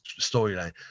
storyline